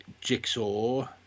Jigsaw